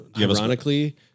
ironically